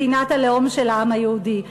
מדינת הלאום של העם היהודי.